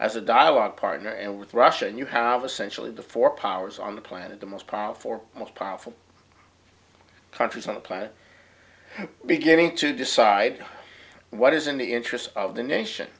as a dialogue partner and with russia and you have essential in the four powers on the planet the most power for the most powerful countries on the planet beginning to decide what is in the interest of the nation